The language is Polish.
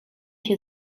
się